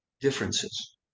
differences